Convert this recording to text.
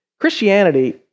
Christianity